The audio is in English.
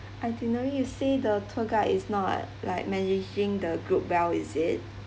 itinerary you say the tour guide is not ai~ like managing the group well is it